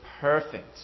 perfect